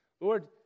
Lord